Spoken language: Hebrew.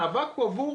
המאבק הוא עבור